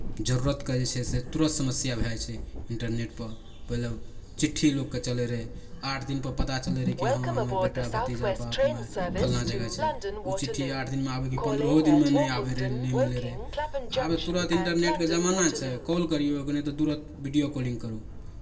जरूरतके जे छै से तुरत समस्या भए जाइ छै इन्टरनेटपर पहिले चिट्ठी लोकके चलैत रहै आठ दिनपर पता चलैत रहै कि हँ हमर बेटा भतीजा बाप माय फल्लाँ जगह छै ओ चिट्ठी आठ दिनमे आबय की पन्द्रहो दिनमे नहि आबैत रहै नहि मिलैत रहै आब तऽ तुरत इन्टरनेटके जमाना छै कॉल करियौ एखने तऽ तुरत वीडियो कॉलिंग करू